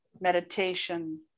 meditation